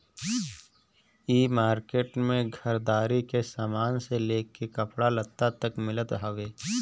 इ मार्किट में घरदारी के सामान से लेके कपड़ा लत्ता तक मिलत हवे